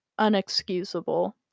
unexcusable